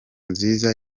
nziza